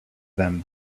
them